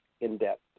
in-depth